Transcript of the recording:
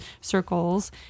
circles